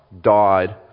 died